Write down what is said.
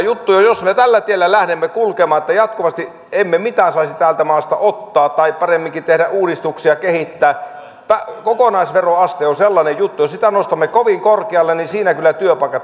juttu on niin että jos me tällä tiellä lähdemme kulkemaan että jatkuvasti emme mitään saisi täältä maasta ottaa tai paremminkin tehdä uudistuksia kehittää kokonaisveroaste on sellainen juttu että jos sitä nostamme kovin korkealle niin siinä kyllä työpaikat häviävät